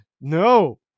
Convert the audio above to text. No